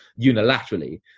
unilaterally